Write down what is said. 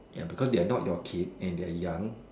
ya because they are not your kids and they are young